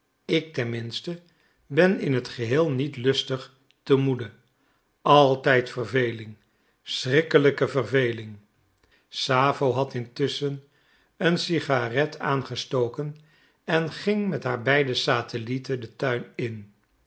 ik tenminste ben in het geheel niet lustig te moede altijd verveling schrikkelijke verveling sappho had intusschen een cigarette aangestoken en ging met haar beide satellieten den tuin in